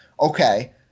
Okay